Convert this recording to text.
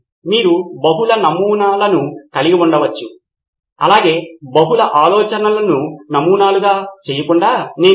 కాబట్టి మనము కోరుకున్న ప్రాథమిక ఫలితాలతో మనము కోరుకున్న ఫలితాలతో ప్రారంభించాము తరువాత బృందం వారు అక్కడ సాధ్యమయ్యే అన్ని ఆలోచనలు ఏమిటో ఆలోచించటం ప్రారంభించారు